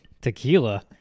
Tequila